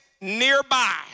nearby